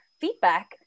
feedback